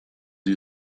sie